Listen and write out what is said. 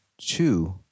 Two